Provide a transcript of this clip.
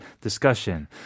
discussion